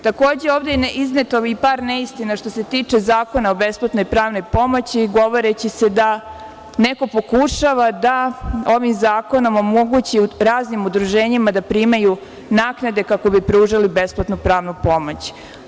Takođe, ovde je izneto i par neistina što se tiče zakona o besplatnoj pravnoj pomoći, govoreći da neko pokušava da ovim zakonom omogući raznim udruženjima da primaju naknade kako bi pružali besplatnu pravnu pomoć.